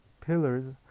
pillars